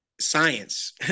science